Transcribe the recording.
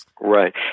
Right